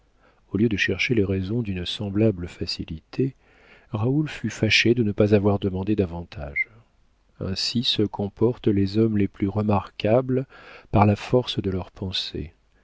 au lieu de chercher les raisons d'une semblable facilité raoul fut fâché de ne pas avoir demandé davantage ainsi se comportent les hommes les plus remarquables par la force de leur pensée